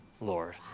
Lord